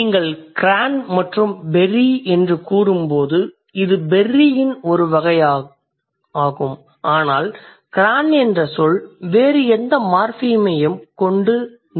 நீங்கள் cran மற்றும் berry என்று கூறும்போது இது berry இன் ஒருவகை ஆனால் cran என்ற சொல் வேறு எந்த மார்ஃபிமையும் கொண்டு நிற்க முடியாது